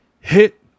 hit